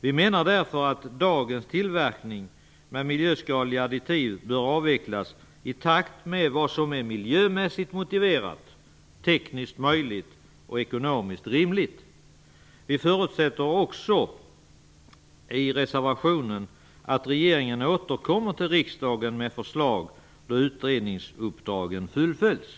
Vi menar därför att dagens tillverkning av PVC med miljöskadliga additiv bör avvecklas i takt med vad som är miljömässigt motiverat, tekniskt möjligt och ekonomiskt rimligt. Vi förutsätter också i reservationen att regeringen återkommer till riksdagen med förslag då utredningsuppdragen fullföljts.